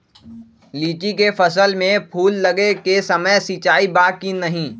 लीची के फसल में फूल लगे के समय सिंचाई बा कि नही?